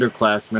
underclassmen